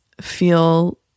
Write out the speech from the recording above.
feel